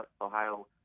Ohio –